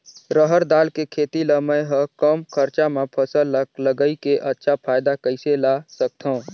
रहर दाल के खेती ला मै ह कम खरचा मा फसल ला लगई के अच्छा फायदा कइसे ला सकथव?